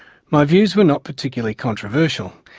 my views were not particularly controversial,